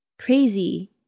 crazy